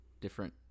different